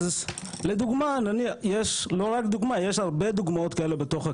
אז לדוגמא יש לא רק דוגמא יש הרבה דוגמאות כאלה בתוך הקהילה,